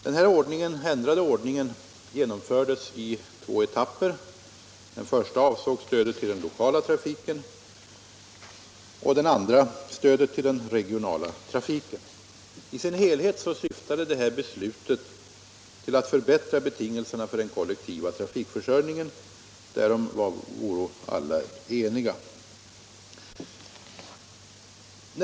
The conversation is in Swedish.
Den ändrade ordningen genomfördes i två etapper. Den första avsåg stödet till den lokala trafiken och den andra stödet till den regionala trafiken. I sin helhet syftade det här beslutet till att förbättra betingelserna för den kollektiva trafikförsörjningen. Därom var alla eniga.